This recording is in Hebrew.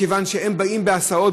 מכיוון שהם באים בהסעות,